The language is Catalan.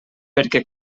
perquè